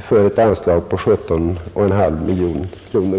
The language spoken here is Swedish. för ett anslag på 17 500 000 kronor.